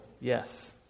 Yes